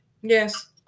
Yes